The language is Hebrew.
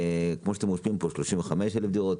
כמו שאתם עושים פה: 35,000 דירות,